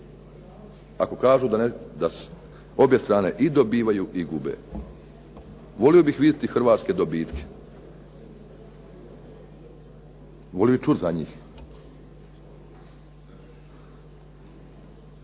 ako kažu da obje strane i dobivaju i gube? Volio bih vidjeti hrvatske dobitke, volio bih čuti za njih.